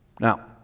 now